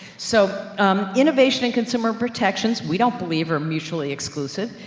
so, um, innovation and consumer protections, we don't believe are mutually exclusive.